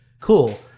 cool